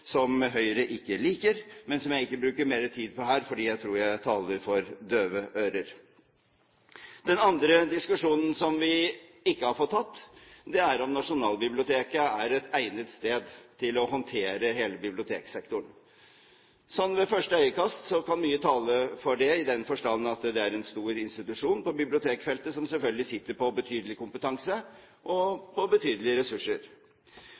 som Høyre ikke liker, men som jeg ikke bruker mer tid på her fordi jeg tror jeg taler for døve ører. Den andre diskusjonen som vi ikke har fått tatt, er om Nasjonalbiblioteket er et egnet sted for å håndtere hele biblioteksektoren. Ved første øyekast kan mye tale for det, i den forstand at det er en stor institusjon på bibliotekfeltet, som selvfølgelig sitter på betydelig kompetanse og betydelige ressurser.